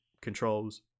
controls